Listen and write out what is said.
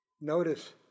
Notice